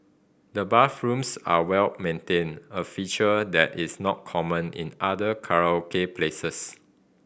the bathrooms are well maintained a feature that is not common in other karaoke places